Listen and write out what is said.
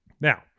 Now